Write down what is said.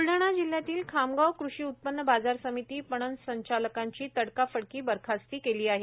बुलढाणा जिल्ह्यातील खामगाव कृषी उत्पन्न बाजार समिती पणन संचालकांच्या तडकाफडकी बरखास्त केली आहे